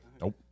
Nope